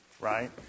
right